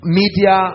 media